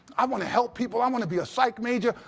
i want to help people. i want to be a psych major.